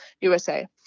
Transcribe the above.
USA